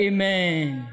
Amen